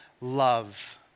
love